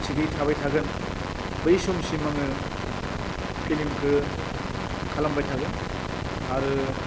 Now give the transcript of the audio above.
थिगै थाबाय थागोन बै समसिम आङो फिल्मखो खालामबाय थागोन आरो